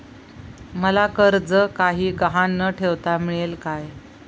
मला कर्ज काही गहाण न ठेवता मिळेल काय?